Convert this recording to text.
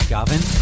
Gavin